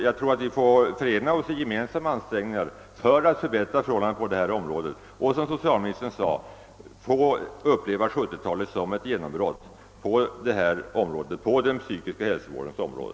Jag tror att vi måste förena oss i gemensamma ansträngningar för att förbättra förhållandena på detta område så att vi — som socialministern sade — får uppleva 1970-talet som det årtionde då ett genombrott sker på den psykiska hälsovårdens område.